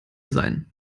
sein